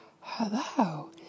hello